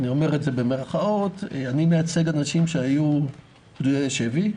אני אומר את זה במירכאות אני מייצג אנשים שהיו פדויי שבי,